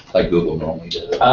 like google chrome. well,